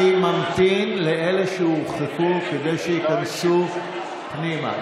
אני ממתין לאלה שהורחקו כדי שייכנסו פנימה.